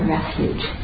Refuge